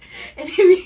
and then we